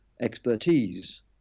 expertise